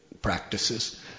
practices